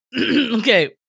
Okay